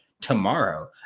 tomorrow